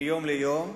מיום ליום,